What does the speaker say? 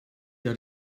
der